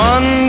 One